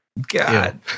God